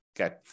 okay